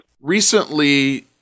Recently